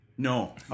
No